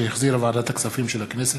שהחזירה ועדת הכספים של הכנסת.